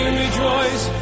rejoice